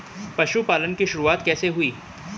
पशुपालन की शुरुआत कैसे हुई?